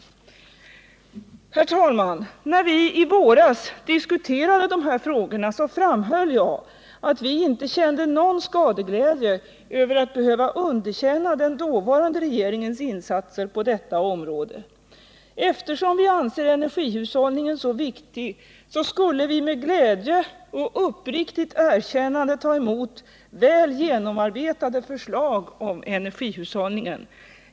Herr talman! När vi i våras diskuterade dessa frågor framhöll jag att vi socialdemokrater inte kände någon skadeglädje över att behöva underkänna den dåvarande regeringens insatser på detta område. Eftersom vi anser energihushållningen så viktig skulle vi med glädje och uppriktigt erkännande ta emot väl genomarbetade förslag om energihushållningen.